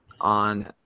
on